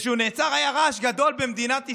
וכשהוא נעצר היה רעש גדול במדינת ישראל,